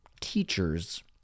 teachers